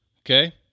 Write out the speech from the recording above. okay